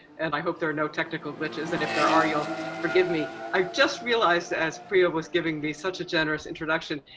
and i hope there are no technical glitches. and if there are, you'll forgive me. i just realized as priya was giving me such a generous introduction,